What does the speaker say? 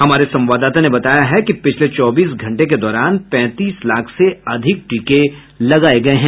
हमारे संवाददाता ने बताया है कि पिछले चौबीस घंटे के दौरान पैंतीस लाख से अधिक टीके लगाये गये हैं